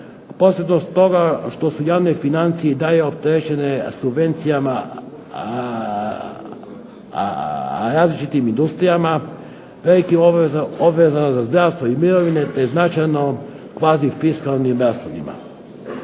posebno stoga što su javne financije i dalje opterećene subencijama različitim industrijama, velikim obvezama za zdravstvo i mirovine te značajno fazi fiskalnim ...